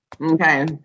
Okay